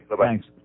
Thanks